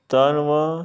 तान् वा